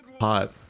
hot